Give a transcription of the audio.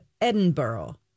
Edinburgh